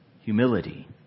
Humility